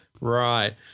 right